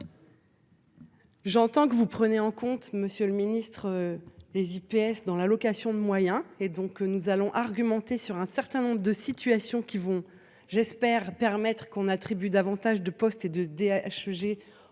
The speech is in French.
J'entends que vous prenez en compte. Monsieur le Ministre. Les IPS dans la location de moyens et donc nous allons argumenter sur un certain nombre de situations qui vont j'espère permettre qu'on attribue davantage de postes et de des HUG aux